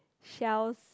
shells